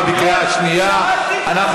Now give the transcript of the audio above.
בעד, 27, נגד, 14. הצעת החוק עברה בקריאה שנייה.